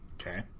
okay